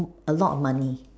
a lot of money